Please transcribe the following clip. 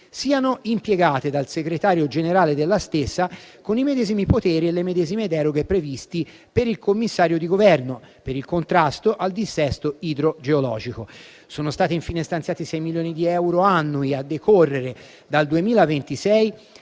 siano impiegate dal segretario generale della stessa con i medesimi poteri e le medesime deroghe previsti per il commissario di Governo per il contrasto al dissesto idrogeologico. Sono stati infine stanziati 6 milioni di euro annui, a decorrere dal 2026,